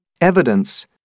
Evidence